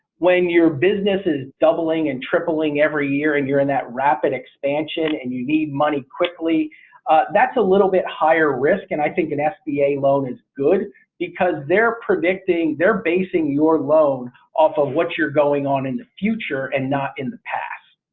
when your business is doubling and tripling every year and you're in that rapid expansion and you need money quickly that's a little bit higher risk and i think an sba loan is good because they're predicting they're basing your loan off of what you're going on in the future and not in the past.